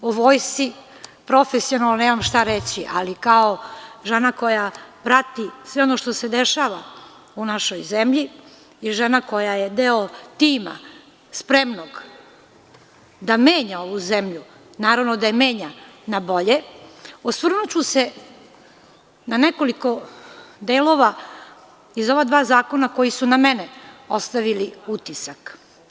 Kao žena o vojsci profesionalno nemam šta reći, ali kao žena koja prati sve ono što se dešava u našoj zemlji i žena koja je deo tima spremnog da menja ovu zemlju, naravno da je menja na bolje, osvrnuću se na nekoliko delova iz ova dva zakona koji su na mene ostavili utisak.